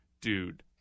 dude